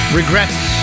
regrets